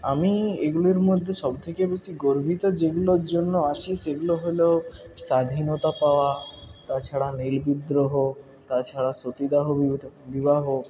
আমি এগুলোর মধ্যে সবথেকে বেশি গর্বিত যেগুলোর জন্য আছি সেগুলো হলো স্বাধীনতা পাওয়া তাছাড়া নীল বিদ্রোহ তাছাড়া সতীদাহ বিবাহ